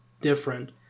different